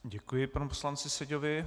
Děkuji panu poslanci Seďovi.